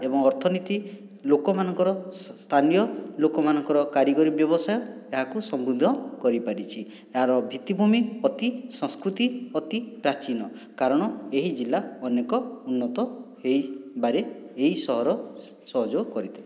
ଏବଂ ଅର୍ଥନୀତି ଲୋକମାନଙ୍କର ସ୍ଥାନୀୟ ଲୋକମାନଙ୍କର କାରିଗରୀ ବ୍ୟବସାୟ ଏହାକୁ ସମୃଦ୍ଧ କରିପାରିଛି ଏହାର ଭିତ୍ତିଭୂମି ଅତି ସଂସ୍କୃତି ଅତି ପ୍ରାଚୀନ କାରଣ ଏହି ଜିଲ୍ଲା ଅନେକ ଉନ୍ନତ ହୋଇବାରେ ଏଇ ସହର ସହଯୋଗ କରିତେ